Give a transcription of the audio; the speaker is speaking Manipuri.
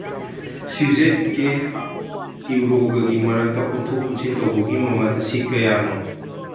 ꯁꯤꯖꯦꯠꯀꯦ ꯌꯨꯔꯣꯒꯒꯤ ꯃꯔꯛꯇ ꯑꯣꯟꯊꯣꯛ ꯑꯣꯟꯁꯤꯟ ꯇꯧꯕꯒꯤ ꯃꯃꯜ ꯑꯁꯤ ꯀꯌꯥꯅꯣ